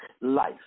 life